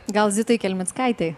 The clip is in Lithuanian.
gal zitai kelmickaitei